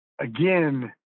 again